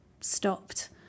stopped